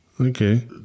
Okay